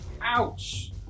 Ouch